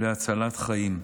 להצלת חיים.